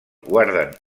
guarden